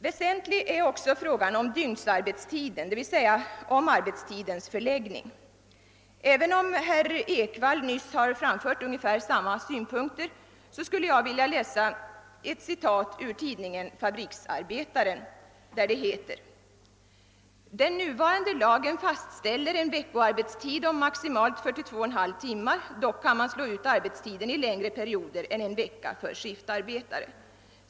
Väsentlig är också frågan om dygnsarbetstiden, d. v. s. arbetstidens förläggning. Även om herr Ekvall nyss framfört liknande synpunkter, skulle jag vilja anföra ett citat ur tidningen Fabriksarbetaren som har följande lydelse: »Den nuvarande lagen fastställer en veckoarbetstid om maximalt 42,5 timmar, dock kan man slå ut arbetstiden i längre perioder än en vecka för skiftarbetare.